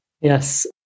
Yes